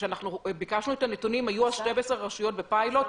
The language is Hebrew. כשביקשנו את הנתונים היו אז 12 רשויות בפיילוט.